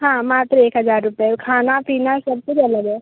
हाँ मात्र एक हज़ार रुपये और खाना पीना सब कुछ अलग है